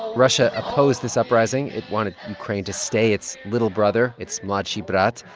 russia opposed this uprising. it wanted ukraine to stay its little brother, its mladshiy brat.